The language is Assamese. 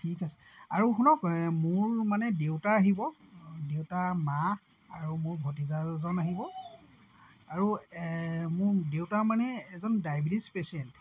ঠিক আছে আৰু শুনক মোৰ মানে দেউতা আহিব দেউতা মা আৰু মোৰ ভতিজা দুজন আহিব আৰু মোৰ দেউতা মানে এজন ডায়েবেটিজ পেচ্যেণ্ট